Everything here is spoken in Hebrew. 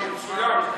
מצוין.